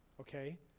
okay